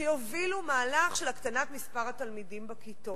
שיובילו מהלך של הקטנת מספר התלמידים בכיתות.